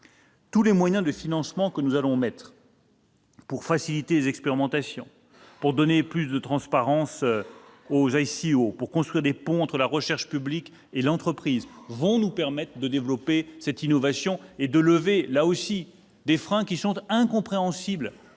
Tous les moyens de financement que nous allons mettre en place pour faciliter les expérimentations, donner plus de transparence aux, les ICO, construire des ponts entre la recherche publique et l'entreprise vont nous permettre de développer l'innovation et de lever, là aussi, certains freins incompréhensibles